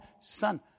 son